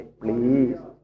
please